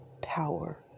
power